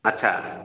ଆଚ୍ଛା